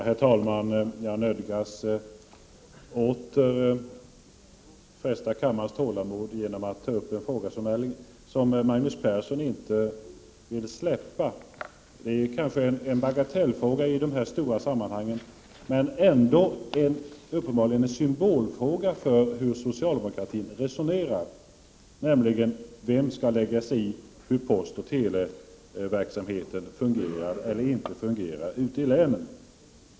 Herr talman! Jag nödgas åter fresta kammarens tålamod med att ta upp en fråga som Magnus Persson inte vill släppa. Det är kanske en bagatellfråga i de här stora sammanhangen. Men det är uppenbarligen en symbolfråga med tanke på hur socialdemokraterna resonerar. Frågan gäller: Vem skall lägga sig i hur postoch televerksamheten fungerar ute i länen?